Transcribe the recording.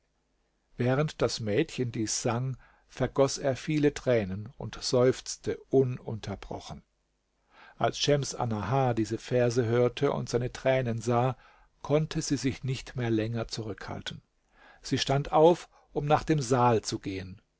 während das mädchen dies sang vergoß er viele tränen und seufzte ununterbrochen als schems annahar diese verse hörte und seine tränen sah konnte sie sich nicht mehr länger zurückhalten sie stand auf um nach dem saal zu gehen